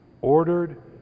ordered